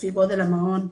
לפי גודל המעון,